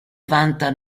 vanta